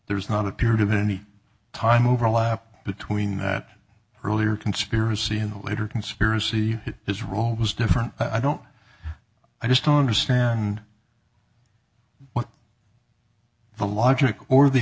there's not a period of any time overlap between the earlier conspiracy who later conspiracy his role was different i don't i just don't understand what the logic or the